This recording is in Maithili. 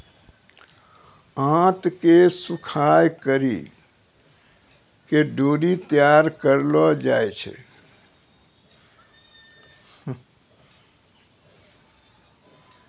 आंत के सुखाय करि के डोरी तैयार करलो जाय छै